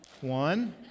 One